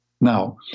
Now